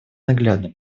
наглядный